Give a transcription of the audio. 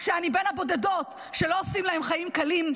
שאני בין הבודדות שלא עושים להם חיים קלים.